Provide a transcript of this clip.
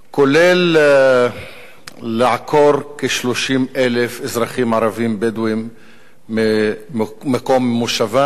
כולל לעקור כ-30,000 אזרחים ערבים בדואים ממקום מושבם.